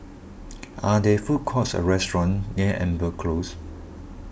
are there food courts or restaurants near Amber Close